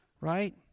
right